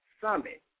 summit